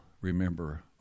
remember